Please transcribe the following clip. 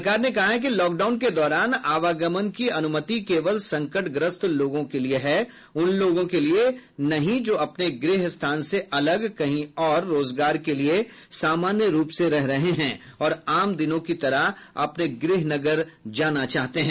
सरकार ने कहा है कि लॉकडाउन के दौरान आवागमन की अनुमति केवल संकटग्रस्त लोगों के लिए है उन लोगों के लिए नहीं जो अपने गृह स्थान से अलग कहीं और रोजगार के लिए सामान्य रूप से रह रहे हैं और आम दिनों की तरह अपने गृह नगर जाना चाहते हैं